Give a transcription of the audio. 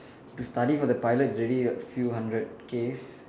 to study for the pilot it's already a few hundred Ks